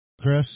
Chris